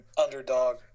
underdog